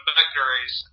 victories